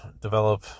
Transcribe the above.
develop